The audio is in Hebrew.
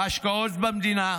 ההשקעות במדינה: